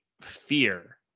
fear